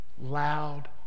Loud